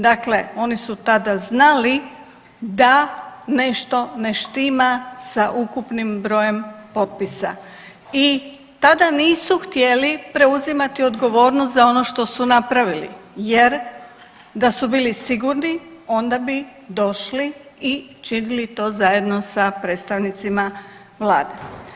Dakle oni su tada znali da nešto ne štima sa ukupnim brojem potpisa i tada nisu htjeli preuzimati odgovornost za ono što su napravili jer da su bili sigurni, onda bi došli i činili to zajedno sa predstavnicima Vlade.